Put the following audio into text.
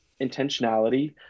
intentionality